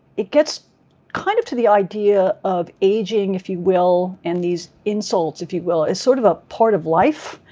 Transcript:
it gets kind of to the idea of aging, if you will and these insults, if you will. as sort of a part of life,